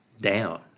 down